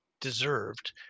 deserved